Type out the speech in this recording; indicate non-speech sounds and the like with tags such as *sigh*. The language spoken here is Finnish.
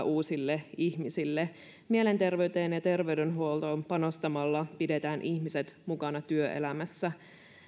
*unintelligible* uusille ihmisille mielenterveyteen ja terveydenhuoltoon panostamalla pidetään ihmiset mukana työelämässä